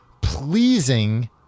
pleasing